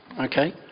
okay